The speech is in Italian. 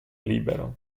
libero